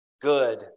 good